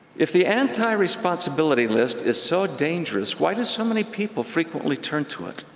if the anti-responsibility list is so dangerous, why do so many people frequently turn to it?